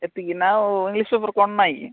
ଏତିକିନା ଆଉ English paper କମ୍ ନାହିଁ କି